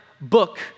book